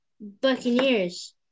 Buccaneers